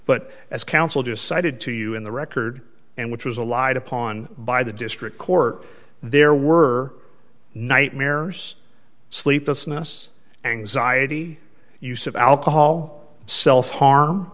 but as counsel just cited to you in the record and which was a light upon by the district court there were nightmares sleeplessness anxiety use of alcohol self harm